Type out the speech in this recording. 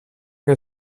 que